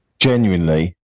Genuinely